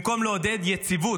במקום לעודד יציבות,